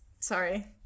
Sorry